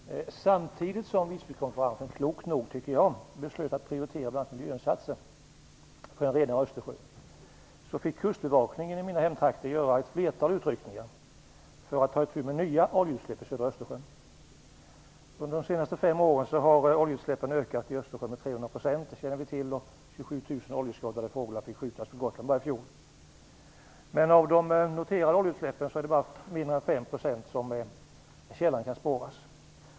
Fru talman! Jag har en fråga till statsministern med anknytning till Visbykonferensen. Samtidigt som Visbykonferensen, klokt nog tycker jag, beslöt att prioritera bl.a. miljöinsatser för att rena Östersjön fick kustbevakningen i mina hemtrakter göra ett flertal utryckningar för att ta itu med nya oljeutsläpp i södra Östersjön. Under de senaste fem åren har oljeutsläppen i Östersjön ökat med 300 %. Det känner vi till. 27 000 oljeskadade fåglar fick skjutas på Gotland bara i fjol. Men i mindre än 5 % av de noterade oljesläppen kan källan spåras.